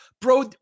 bro